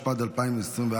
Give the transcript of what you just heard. התשפ"ד 2024,